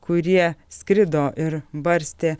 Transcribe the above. kurie skrido ir barstė